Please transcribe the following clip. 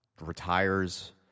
retires